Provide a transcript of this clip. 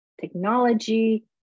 technology